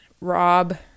Rob